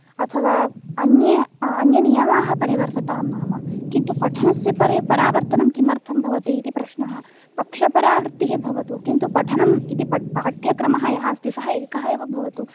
अथवा अन्ये अन्यनियमाः परिवर्ततां नाम किन्तु पठनस्य परि परावर्तनं किमर्थं भवतीति प्रश्नः पक्षपरावृत्तिः भवतु किन्तु पठनम् इति पाठ्यक्रमः यः अस्ति सः एकः एव भवतु